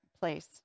place